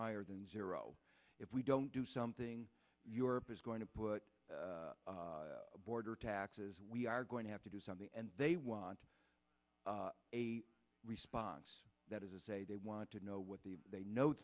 higher than zero if we don't do something europe is going to put a border taxes we are going to have to do something and they want a response that is a they want to know what the they know